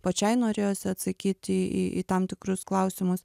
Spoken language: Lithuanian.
pačiai norėjosi atsakyti į į tam tikrus klausimus